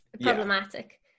problematic